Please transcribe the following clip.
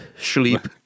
sleep